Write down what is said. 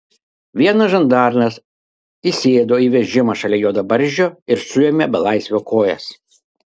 vienas žandaras įsėdo į vežimą šalia juodabarzdžio ir suėmė belaisvio kojas